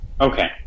Okay